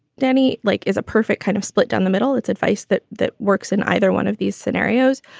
danny, like is a perfect kind of split down the middle. it's advice that that works in either one of these scenarios.